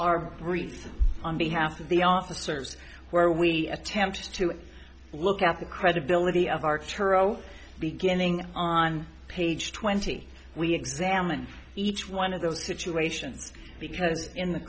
our read on behalf of the officers where we attempt to look at the credibility of our chiro beginning on page twenty we examine each one of those situations because in the